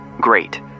Great